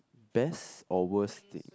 best or worst thing